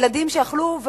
ילדים שהיו יכולים,